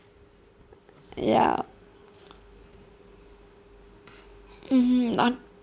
ya mmhmm not